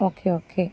okay okay